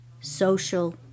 social